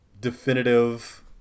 definitive